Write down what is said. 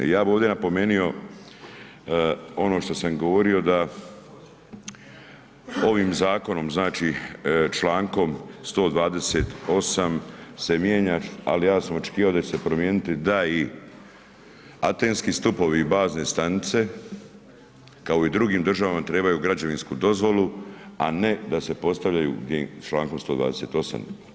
Ja bi ovdje napomenio ono što sam govorio da ovim zakonom, znači, čl. 128. se mijenja, ali ja sam očekivao da će se promijeniti da i atenski stupovi i bazne stanice, kao i u drugim državama, trebaju građevinsku dozvolu, a ne da se postavljaju čl. 128.